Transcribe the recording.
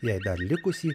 jai dar likusį